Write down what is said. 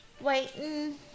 waiting